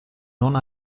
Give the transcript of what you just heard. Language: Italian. non